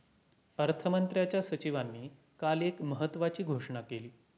अर्थमंत्र्यांच्या सचिवांनी काल एक महत्त्वाची घोषणा केली